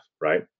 right